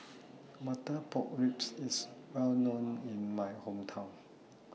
Butter Pork Ribs IS Well known in My Hometown